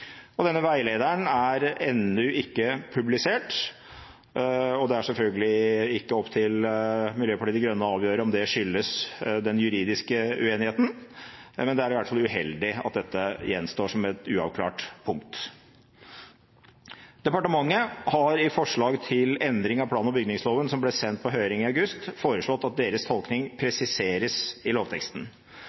utbygging. Denne veilederen er ennå ikke publisert. Det er selvfølgelig ikke opp til Miljøpartiet De Grønne å avgjøre om det skyldes den juridiske uenigheten, men det er iallfall uheldig at dette gjenstår som et uavklart punkt. Departementet har i forslag til endring av plan- og bygningsloven som ble sendt på høring i august, foreslått at deres tolkning presiseres i lovteksten.